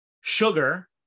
sugar